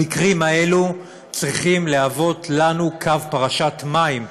המקרים האלה צריכים להוות לנו קו פרשת מים,